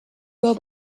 will